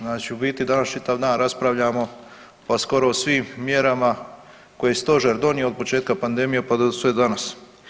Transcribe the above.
Znači u biti danas čitav dan raspravljamo pa skoro o svim mjerama koje je Stožer donio od početka pandemije, pa sve do danas.